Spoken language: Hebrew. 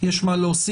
יש מה להוסיף?